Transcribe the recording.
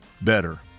better